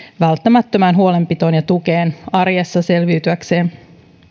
välttämättömään huolenpitoon ja tukeen arjessa selviytyäkseen